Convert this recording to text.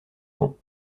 vont